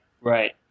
right